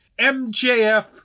MJF